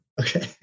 Okay